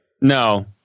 No